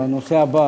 בנושא הבא